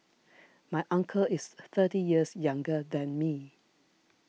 my uncle is thirty years younger than me